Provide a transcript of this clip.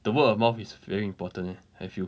the word of mouth is very important leh I feel